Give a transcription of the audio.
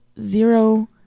zero